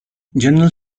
general